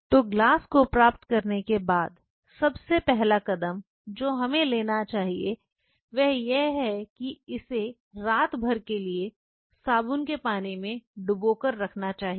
तो ग्लास को प्राप्त करने के बाद सबसे पहला कदम जो हमें लेना चाहिए वह यह है कि इसे रात भर के लिए साबुन के पानी में डुबोकर रखना चाहिए